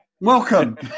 Welcome